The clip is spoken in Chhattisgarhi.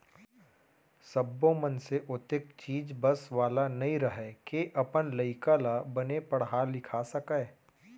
सब्बो मनसे ओतेख चीज बस वाला नइ रहय के अपन लइका ल बने पड़हा लिखा सकय